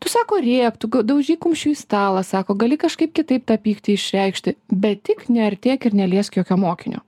tu sako rėk tu daužyk kumščiu į stalą sako gali kažkaip kitaip tą pyktį išreikšti bet tik neartėk ir neliesk jokio mokinio